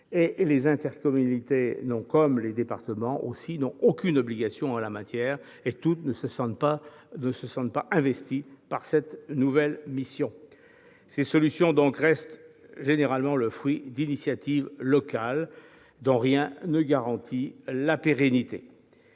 et les intercommunalités, comme les départements, n'ont aucune obligation en la matière, et toutes ne se sentent pas investies par cette nouvelle mission. Ces solutions restent généralement le fruit d'initiatives locales dont rien ne garantit la pérennité.